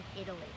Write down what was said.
Italy